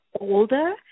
older